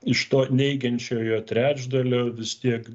iš to neigiančiojo trečdalio vis tiek